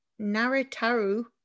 naritaru